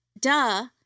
duh